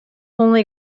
only